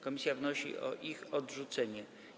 Komisja wnosi o ich odrzucenie.